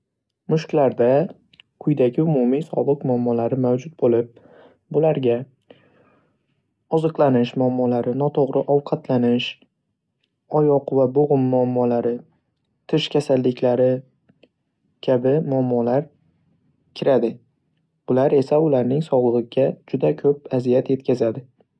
Mushuklarda quyidagi umumiy sog'liq muammolari mavjud bo'lib, ularga oziqlanish muammolari, noto'g'ri ovqatlanish, oyoq va bo'g'im muammolari, tish kasalliklari kabi muammolar kiradi. Ular esa ularning sog'ligiga juda ko'p muammolar yetkazadi.